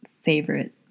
favorite